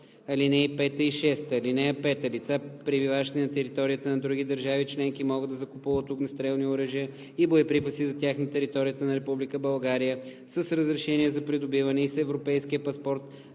и 6: „(5) Лица, пребиваващи на територията на други държави членки, могат да закупуват огнестрелни оръжия и боеприпаси за тях на територията на Република България с разрешение за придобиване и с Европейския паспорт